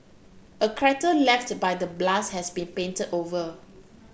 a crater left by the blast has been painted over